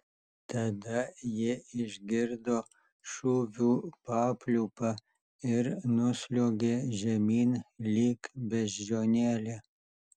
tada ji išgirdo šūvių papliūpą ir nusliuogė žemyn lyg beždžionėlė